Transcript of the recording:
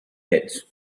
edge